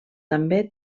també